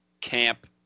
camp